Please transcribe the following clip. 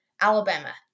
Alabama